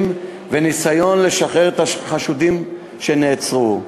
בניסיון לשחרר את החשודים שנעצרו.